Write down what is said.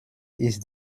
ist